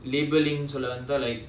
labelling சொல்ல வந்த:solla vantha like